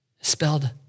Spelled